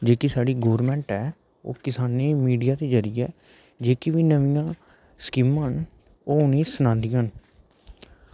जेह्की साढ़ी गौरमैंट ऐ ओह् किसानें गी मीडिया दे जरिए जेह्की बी नमीं नमीं स्कीमां न ओह् उनेंगी सनांदियां न